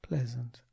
Pleasant